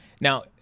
Now